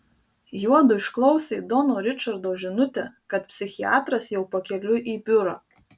juodu išklausė dono ričardo žinutę kad psichiatras jau pakeliui į biurą